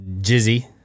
Jizzy